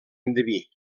endeví